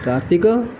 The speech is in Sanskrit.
कार्तिकः